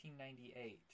1998